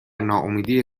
ناامیدی